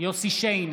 יוסף שיין,